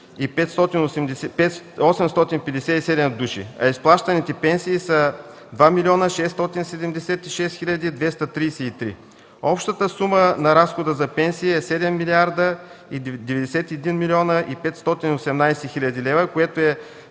а изплащаните пенсии са 2 млн. 676 хил. 233. Общата сума на разхода за пенсия е 7 млрд. 91 млн. 518 хил. лв., което е